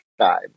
time